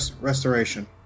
Restoration